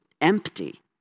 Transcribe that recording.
empty